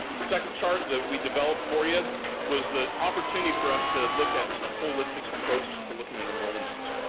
second chart that we developed for you was the opportunity for us to look at a holistic approach to looking at enrollment.